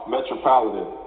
Metropolitan